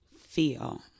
feel